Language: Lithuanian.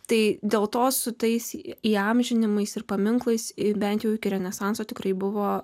tai dėl to sutaisė įamžinimas ir paminklais ir bent jau iki renesanso tikrai buvo